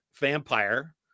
vampire